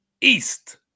East